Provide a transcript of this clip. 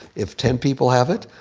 if ten people have it,